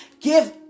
Give